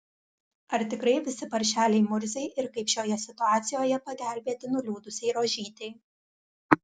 ar tikrai visi paršeliai murziai ir kaip šioje situacijoje pagelbėti nuliūdusiai rožytei